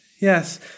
Yes